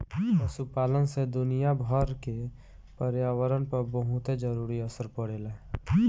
पशुपालन से दुनियाभर के पर्यावरण पर बहुते जरूरी असर पड़ेला